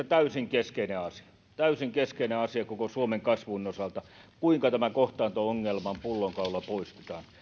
täysin keskeinen asia täysin keskeinen asia koko suomen kasvun osalta kuinka tämä kohtaanto ongelman pullonkaula poistetaan